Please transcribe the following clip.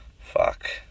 Fuck